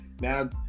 Now